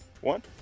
one